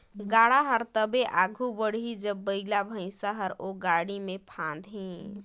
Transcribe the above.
गाड़ा हर तबे आघु बढ़ही जब बइला भइसा हर ओ गाड़ा मे फदाही